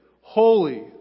holy